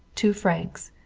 two francs.